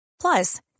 Plus